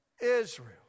Israel